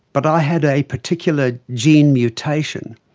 but i had a particular gene mutation